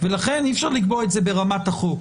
לכן אי-אפשר לקבוע את זה ברמת החוק,